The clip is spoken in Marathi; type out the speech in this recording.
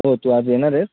हो तू आज येणार आहेस